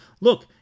Look